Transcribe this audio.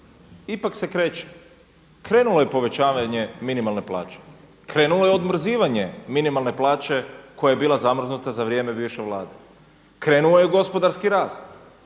ipak se kreće. Krenulo je povećavanje minimalne plaće, krenulo je odmrzavanje minimalne plaće koja je bila zamrznuta za bivše Vlade. Krenuo je gospodarski rast,